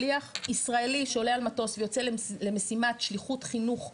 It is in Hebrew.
שליח ישראלי שעולה על מטוס ויוצא למשימת שליחות חינוך יהודי-ציוני,